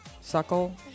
suckle